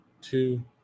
two